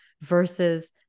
versus